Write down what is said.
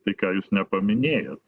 tai ką jūs nepaminėjot